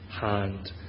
hand